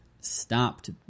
stopped